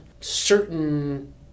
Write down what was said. certain